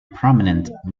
prominent